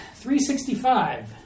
365